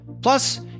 Plus